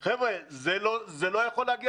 כמו שאומר פיקוד העורף.